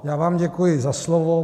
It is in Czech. Já vám děkuji za slovo.